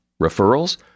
Referrals